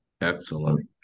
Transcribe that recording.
Excellent